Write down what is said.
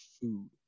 food